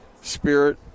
Spirit